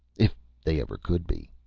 if they ever could be.